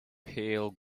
pale